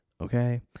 Okay